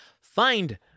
find